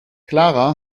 clara